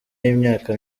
y’imyaka